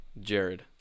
jared